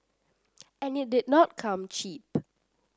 and it did not come cheap